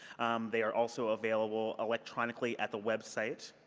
they are also available electronically at the website.